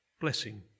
blessing